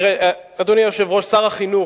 אדוני היושב-ראש, שר החינוך,